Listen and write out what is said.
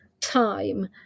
time